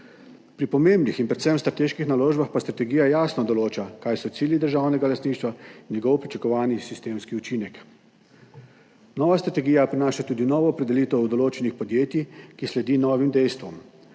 Pri pomembnih in predvsem strateških naložbah pa strategija jasno določa, kaj so cilji državnega lastništva in njihov pričakovani sistemski učinek. Nova strategija prinaša tudi novo opredelitev določenih podjetij, ki sledi novim dejstvom.